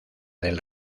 del